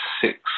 six